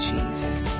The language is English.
Jesus